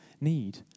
need